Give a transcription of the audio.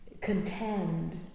contend